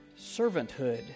servanthood